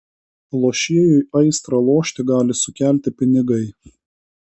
lošėjui aistrą lošti gali sukelti pinigai